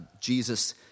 Jesus